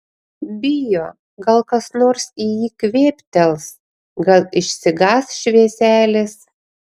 bijo gal kas nors į jį kvėptels gal išsigąs švieselės